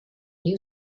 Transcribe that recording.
new